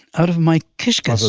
out of my kishkes.